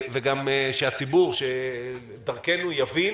ושהציבור דרכנו יבין